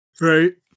Right